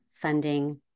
funding